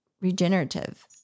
regenerative